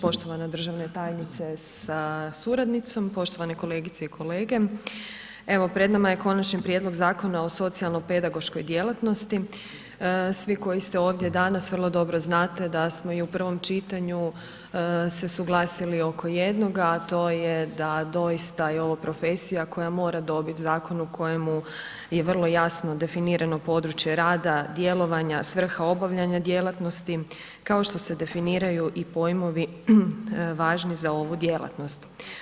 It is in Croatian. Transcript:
Poštovana državne tajnice sa suradnicom, poštovane kolegice i kolege, evo pred nama je Konačni prijedlog Zakona o socijalnopedagoškoj djelatnosti, svi koji ste ovdje danas vrlo dobro znate da smo i u prvom čitanju se suglasili oko jednoga, a to je da doista je ovo profesija koja mora dobit zakon u kojemu je vrlo jasno definirano područje rada, djelovanja, svrha obavljanja djelatnosti, kao što se definiraju i pojmovi važni za ovu djelatnost.